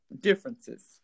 differences